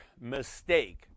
mistake